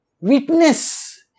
witness